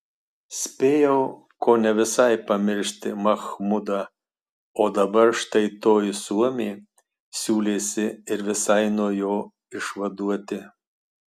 spėjau kone visai pamiršti machmudą o dabar štai toji suomė siūlėsi ir visai nuo jo išvaduoti